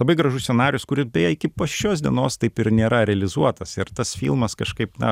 labai gražus scenarijus kuris beje iki pat šios dienos taip ir nėra realizuotas ir tas filmas kažkaip na